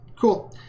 Cool